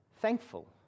thankful